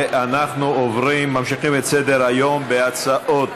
אנחנו ממשיכים את סדר-היום בהצעות,